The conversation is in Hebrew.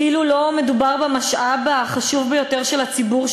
כאילו לא מדובר במשאב החשוב ביותר של הציבור,